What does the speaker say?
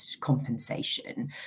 compensation